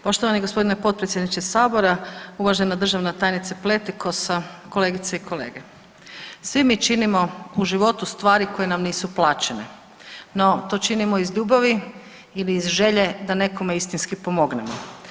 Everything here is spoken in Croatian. Poštovani gospodine potpredsjedniče sabora, uvažena državna tajnice Pletikosa, kolegice i kolege, svi mi činimo u životu stvari koje nam nisu plaćene, no to činimo iz ljubavi ili iz želje da nekome istinski pomognem.